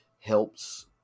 helps